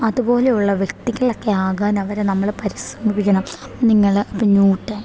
അതുപോലെയുള്ള വ്യക്തികളൊക്കെ ആകാൻ അവരെ നമ്മൾ പരിശ്രമിപ്പിക്കണം നിങ്ങൾ ഇപ്പം ന്യൂട്ടൻ